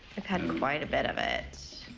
we've had quite a bit of it.